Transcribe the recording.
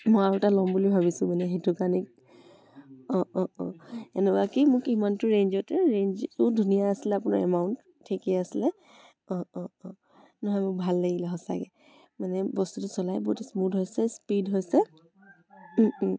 মই আৰু এটা ল'ম বুলি ভাবিছোঁ মানে সেইটো কাৰণে অঁ অঁ অঁ এনেকুৱা কি মোক ইমানটো ৰেঞ্জতে ৰেঞ্জটো ধুনীয়া আছিলে আপোনাৰ এমাউণ্ট ঠিকে আছিলে অঁ অঁ অঁ নহয় মোৰ ভাল লাগিলে সঁচাকৈ মানে বস্তুটো চলাই বহুত স্মুথ হৈছে স্পীড হৈছে